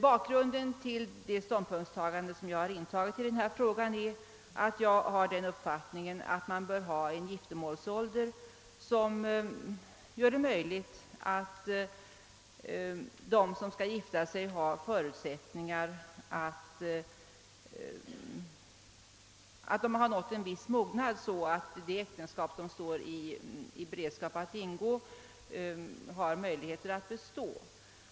Bakgrunden till min ståndpunkt i den frågan är uppfattningen att vi bör ha en giftermålsålder som gör att de som gifter sig har nått en viss mognad, så att äktenskapet har möjligheter att bestå.